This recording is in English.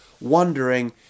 wondering